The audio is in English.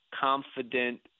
confident